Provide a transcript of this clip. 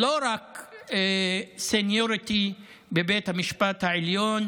לא רק סניוריטי בבית המשפט העליון